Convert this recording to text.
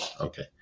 Okay